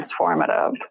transformative